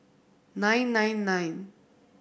nine nine nine